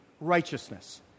righteousness